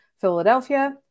Philadelphia